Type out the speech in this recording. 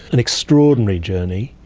an extraordinary journey.